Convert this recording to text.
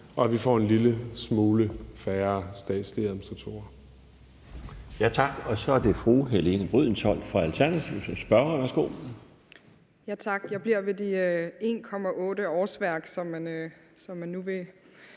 og at vi får en lille smule færre statslige administratorer.